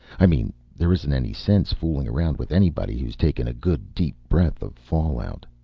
i mean there isn't any sense fooling around with anybody who's taken a good deep breath of fallout.